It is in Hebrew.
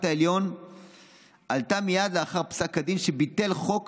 העליון עלתה מייד לאחר פסק הדין שביטל חוק